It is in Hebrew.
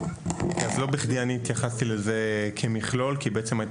אז לא בכדי אני התייחסתי לזה כמכלול כי בעצם היה